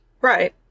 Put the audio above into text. Right